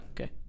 Okay